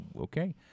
Okay